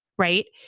right?